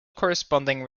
corresponding